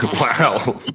Wow